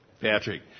Patrick